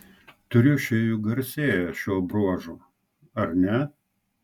triušiai juk garsėja šiuo bruožu ar ne